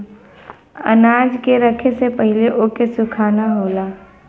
अनाज के रखे से पहिले ओके सुखाना होला